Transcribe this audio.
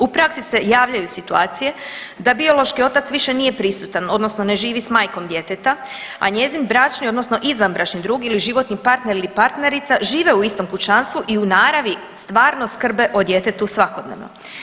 U praksi se javljaju situacije da biološki otac više nije prisutan odnosno ne živi s majkom djeteta, a njezin bračni odnosno izvanbračni drug ili životni partner ili partnerica žive u istom kućanstvu i u naravi stvarno skrbe o djetetu svakodnevno.